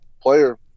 player